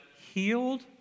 healed